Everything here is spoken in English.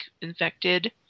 infected